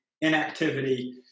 inactivity